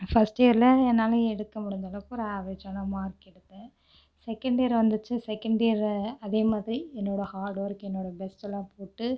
first இயரில் என்னால் எடுக்க முடிஞ்ச அளவுக்கு ஒரு ஆவரேஜான மார்க் எடுத்தேன் செகண்ட் இயர் வந்துச்சு செகண்ட் இயர் அதேமாதிரி என்னோடய ஹார்டு ஒர்க் என்னோடய பெஸ்ட்டெல்லாம் போட்டு